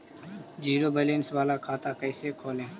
Zero balance बाला खाता कैसे खोले?